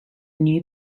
new